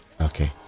Okay